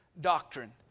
doctrine